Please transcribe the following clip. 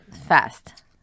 fast